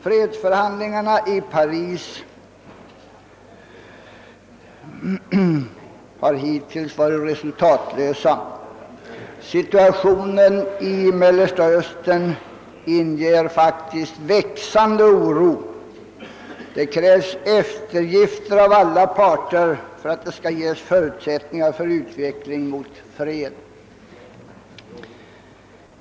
Fredsförhandlingarna i Paris har hittills varit resultatlösa. Situationen i Mellersta Östern inger faktiskt växande oro. Det krävs efter gifter av alla parter för att det skall ges förutsättningar för en utveckling mot fred.